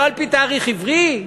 לא על-פי תאריך עברי?